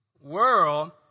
world